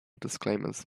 disclaimers